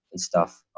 and stuff.